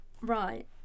right